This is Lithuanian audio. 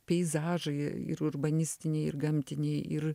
peizažai ir urbanistiniai ir gamtiniai ir